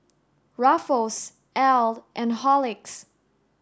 Ruffles Elle and Horlicks